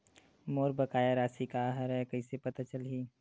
मोर बकाया राशि का हरय कइसे पता चलहि?